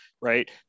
right